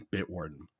Bitwarden